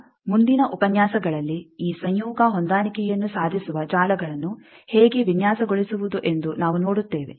ಈಗ ಮುಂದಿನ ಉಪನ್ಯಾಸಗಳಲ್ಲಿ ಈ ಸಂಯೋಗ ಹೊಂದಾಣಿಕೆಯನ್ನು ಸಾಧಿಸುವ ಜಾಲಗಳನ್ನು ಹೇಗೆ ವಿನ್ಯಾಸಗೊಳಿಸುವುದು ಎಂದು ನಾವು ನೋಡುತ್ತೇವೆ